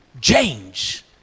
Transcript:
change